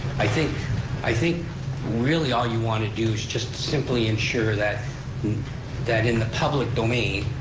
i think i think really all you want to do is just simply ensure that that in the public domain,